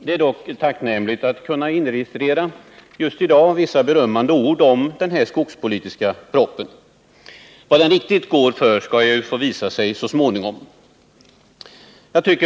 Det är välkommet att i dag kunna inregistrera vissa berömmande ord om denna skogspolitiska proposition. Vad den riktigt går för får visa sig så småningom.